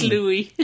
Louis